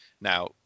now